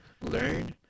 learn